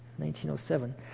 1907